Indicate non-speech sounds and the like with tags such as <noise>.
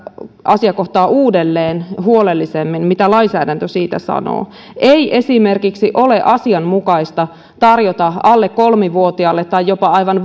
asiakohtaa uudelleen huolellisemmin mitä lainsäädäntö siitä sanoo ei esimerkiksi ole asianmukaista tarjota alle kolme vuotiaalle tai jopa aivan <unintelligible>